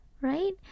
right